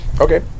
Okay